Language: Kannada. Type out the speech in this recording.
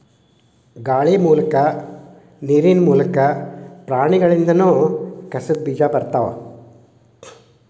ಗಾಳಿ ಮೂಲಕಾ ನೇರಿನ ಮೂಲಕಾ, ಪ್ರಾಣಿಗಳಿಂದನು ಕಸದ ಬೇಜಾ ಬರತಾವ